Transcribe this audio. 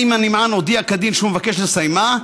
הנמען הודיע כדין שהוא מבקש לסיימה,